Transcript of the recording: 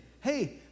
hey